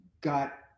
got